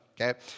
Okay